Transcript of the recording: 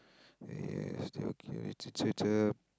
yes it's it's a